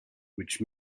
which